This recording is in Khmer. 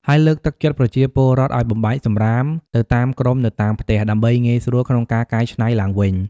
ហើយលើកទឹកចិត្តប្រជាពលរដ្ឋឱ្យបំបែកសំរាមទៅតាមក្រុមនៅតាមផ្ទះ ដើម្បីងាយស្រួលក្នុងការកែច្នៃឡើងវិញ។